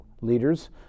leaders